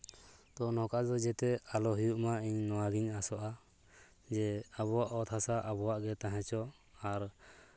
ᱛᱚ ᱱᱚᱝᱠᱟ ᱫᱚ ᱡᱟᱛᱮ ᱟᱞᱚ ᱦᱩᱭᱩᱜ ᱢᱟ ᱤᱧ ᱱᱚᱣᱟ ᱜᱤᱧ ᱟᱥᱚᱜᱼᱟ ᱡᱮ ᱟᱵᱚᱣᱟᱜ ᱚᱛ ᱦᱟᱥᱟ ᱟᱵᱚᱣᱟᱜ ᱜᱮ ᱛᱟᱦᱮᱸ ᱦᱚᱪᱚᱜ ᱟᱨ